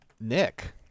Nick